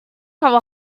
will